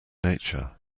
nature